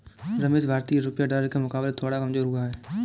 रमेश भारतीय रुपया डॉलर के मुकाबले थोड़ा कमजोर हुआ है